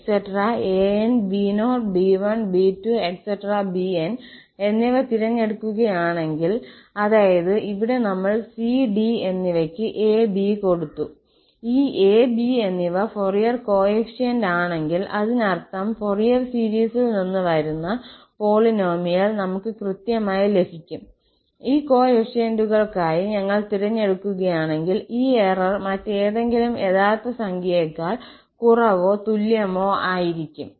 bn എന്നിവ തിരഞ്ഞെടുക്കുകയാണെങ്കിൽ അതായത് ഇവിടെ നമ്മൾ cd എന്നിവയ്ക്ക് a b കൊടുത്തു ഈ a b എന്നിവ ഫൊറിയർ കോഎഫിഷ്യന്റ് ആണെങ്കിൽ അതിനർത്ഥം ഫൊറിയർ സീരീസിൽ നിന്ന് വരുന്ന പോളിനോമിയൽ നമുക്ക് കൃത്യമായി ലഭിക്കും ഈ കോഫിഫിഷ്യന്റുകൾക്കായി ഞങ്ങൾ തിരഞ്ഞെടുക്കുകയാണെങ്കിൽ ഈ എറർ മറ്റേതെങ്കിലും യഥാർത്ഥ സംഖ്യയേക്കാൾ കുറവോ തുല്യമോ ആയിരിക്കും